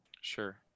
Sure